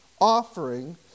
offering